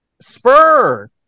Spur